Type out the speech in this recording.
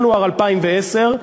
בינואר 2010,